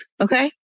Okay